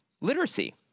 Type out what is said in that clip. literacy